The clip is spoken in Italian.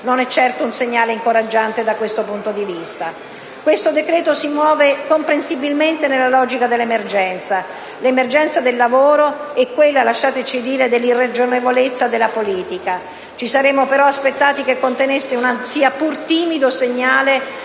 non è certo un segnale incoraggiante da questo punto di vista. Questo decreto si muove comprensibilmente nella logica dell'emergenza: l'emergenza del lavoro e quella - lasciateci dire - dell'irragionevolezza della politica. Ci saremmo però aspettati che contenesse un sia pur timido segnale